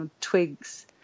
twigs